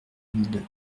mille